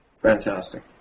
Fantastic